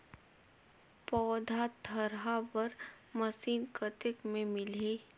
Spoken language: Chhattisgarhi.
पौधा थरहा बर मशीन कतेक मे मिलही?